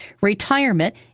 retirement